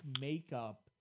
makeup